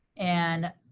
and